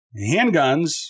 Handguns